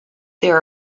their